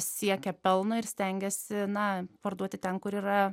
siekia pelno ir stengiasi na parduoti ten kur yra